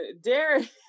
Derek